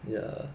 will